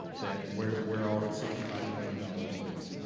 that where where all the sixty five million dollars is.